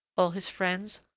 all his friends,